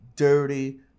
Dirty